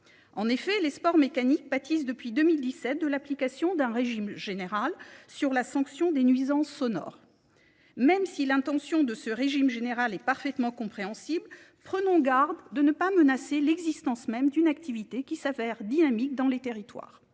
En effet, les sports mécaniques pâtissent depuis 2017 de l'application d'un régime général sur la sanction des nuisances sonores. Même si l'intention de ce régime général est parfaitement compréhensible, prenons garde de ne pas menacer l'existence même d'une activité qui s'avère dynamique dans les territoires.